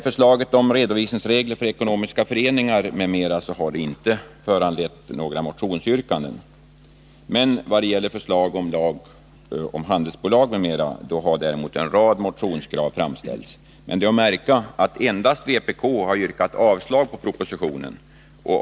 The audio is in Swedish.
Förslaget om nya redovisningsregler för ekonomiska föreningar m.m. har inte föranlett några motionsyrkanden, men vad gäller förslaget om lagstiftning om handelsbolag m.m. har en rad motionskrav framställts. Det är emellertid att märka att endast vpk har yrkat avslag på propositionen.